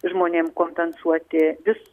žmonėm kompensuoti vis